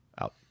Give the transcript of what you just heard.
Out